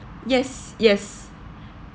yes yes